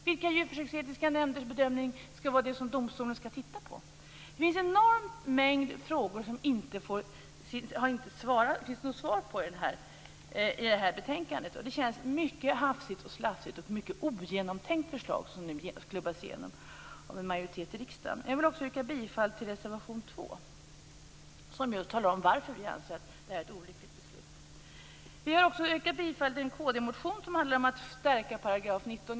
Vilka djurförsöksetiska nämnders bedömning skall domstolen titta på? Det finns en enorm mängd frågor som inte har besvarats i betänkandet. Det är ett hafsigt, slafsigt och ogenomtänkt förslag som nu skall klubbas igenom av en majoritet i riksdagen. Jag vill också yrka bifall till reservation 2, där det framgår varför vi tycker att detta är ett olyckligt beslut. Vi har också yrkat bifall till en kd-motion som handlar om att stärka § 19.